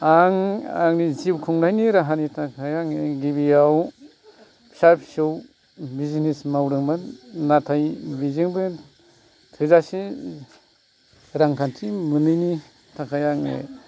आं आंनि जिउ खुंनायनि राहानि थाखाय आङो गिबियाव फिसा फिसौ बिजिनेस मावदोंमोन नाथाय बिजोंबो थोजासे रांखान्थि मोनैनि थाखाय आङो